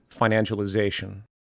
financialization